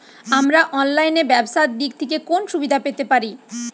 আমরা অনলাইনে ব্যবসার দিক থেকে কোন সুবিধা পেতে পারি?